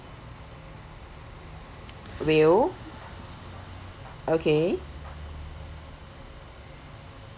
will okay